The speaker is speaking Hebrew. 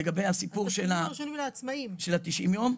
לגבי ה-90 יום?